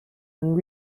and